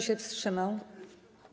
się wstrzymał?